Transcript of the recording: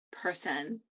person